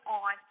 on